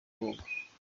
koga